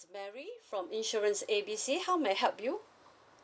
mary from insurance A B C how may I help you